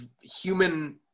human